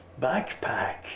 backpack